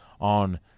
on